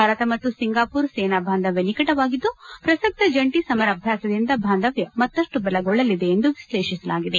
ಭಾರತ ಮತ್ತು ಸಿಂಗಾಪುರ ಸೇನಾ ಬಾಂಧವ್ಯ ನಿಕಟವಾಗಿದ್ದು ಪ್ರಸಕ್ತ ಜಂಟಿ ಸಮರಾಭ್ಯಾಸದಿಂದ ಬಾಂದವ್ಯ ಮತ್ತಷ್ಟು ಬಲಗೊಳ್ಳಲಿದೆ ಎಂದು ವಿಶ್ಲೇಷಿಸಲಾಗಿದೆ